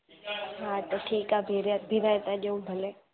हा त ठीकु आहे ॿीहर बीहराइ था ॾियूं भले